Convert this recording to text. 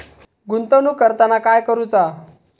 गुंतवणूक करताना काय करुचा?